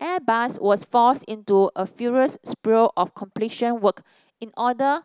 Airbus was forced into a furious spree of completion work in order